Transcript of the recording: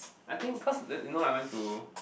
I think cause that you know I went to